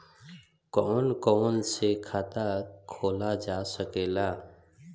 कौन कौन से खाता खोला जा सके ला?